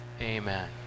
amen